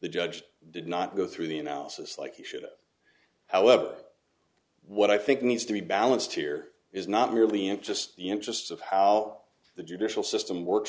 the judge did not go through the analysis like he should however what i think needs to be balanced here is not merely in just the interests of how the judicial system works